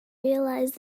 realised